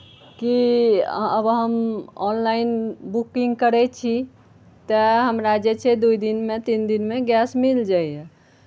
कि आब हम ऑनलाइन बुकिंग करै छी तऽ हमरा जे छै दुइ दिनमे तीन दिनमे गैस मिल जाइए